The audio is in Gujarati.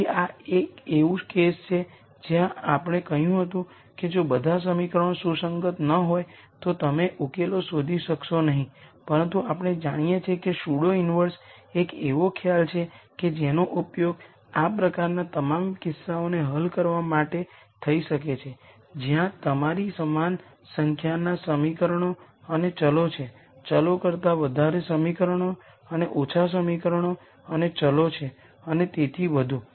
તેથી આ એક એવું કેસ છે જ્યાં આપણે કહ્યું હતું કે જો બધાં સમીકરણો સુસંગત ન હોય તો તમે ઉકેલો શોધી શકશો નહીં પરંતુ આપણે જાણીએ છીએ કે સ્યુડો ઈન્વર્સ એક એવો ખ્યાલ છે કે જેનો ઉપયોગ આ પ્રકારના તમામ કિસ્સાઓને હલ કરવા માટે થઈ શકે છે જ્યાં તમારી સમાન સંખ્યાના સમીકરણો અને વેરીએબલ્સ છે વેરીએબલ્સ કરતાં વધારે સમીકરણો અને ઓછા સમીકરણો અને વેરીએબલ્સ છે અને તેથી વધુ